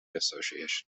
association